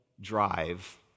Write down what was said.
drive